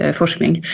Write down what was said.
forskning